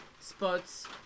spots